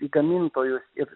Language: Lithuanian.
į gamintojus ir